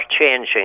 changing